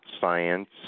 science